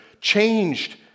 changed